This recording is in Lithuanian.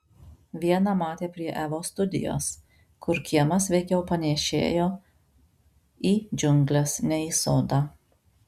vieną matė prie evos studijos kur kiemas veikiau panėšėjo į džiungles nei į sodą